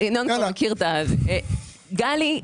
גלי,